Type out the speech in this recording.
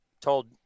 told